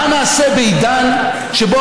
חבר הכנסת